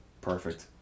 Perfect